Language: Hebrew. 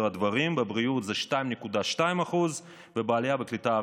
הדברים: בבריאות זה 2.2% ובעלייה וקליטה,